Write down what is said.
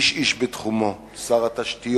איש איש בתחומו, שר התשתיות,